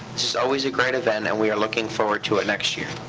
is always a great event, and we are looking forward to it next year.